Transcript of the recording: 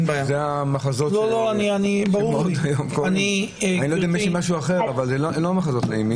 אלה המחזות שאנחנו רואים והם לא מחזות נעימים.